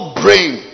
brain